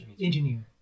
Engineer